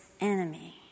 enemy